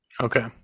Okay